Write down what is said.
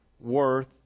Worth